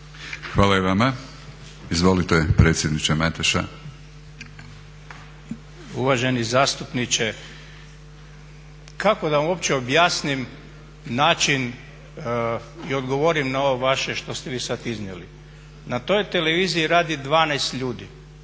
Hvala i vama. Izvolite predsjedniče Mateša. **Mateša, Zlatko** Uvaženi zastupniče kako da vam uopće objasnim način i odgovorim na ovo vaše što ste vi sad iznijeli? Na toj televiziji radi 12 ljudi,